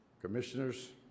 commissioners